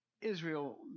Israel